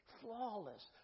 flawless